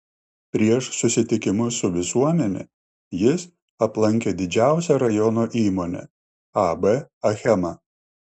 prieš susitikimus su visuomene jis aplankė didžiausią rajono įmonę ab achema